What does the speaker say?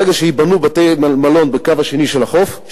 ברגע שייבנו בתי-מלון בקו השני של החוף,